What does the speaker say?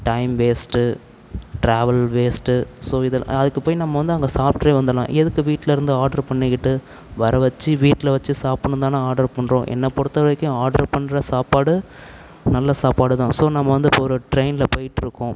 time waste travel waste so இது அதுக்கு போய் நம்ம வந்து அங்கே சாப்பிட்டே வந்துடலாம் எதுக்கு வீட்டில் இருந்து ஆட்ரு பண்ணிக்கிட்டு வர வச்சு வீட்டில் வச்சு சாப்பிட்ணுன்னு தானே ஆட்ரு பண்ணுறோம் என்னை பொறுத்த வரைக்கும் ஆட்ரு பண்ணுற சாப்பாடு நல்ல சாப்பாடு தான் ஸோ நம்ம வந்து இப்போ ஒரு ட்ரெயினில் போய்கிட்ருக்கோம்